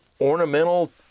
ornamental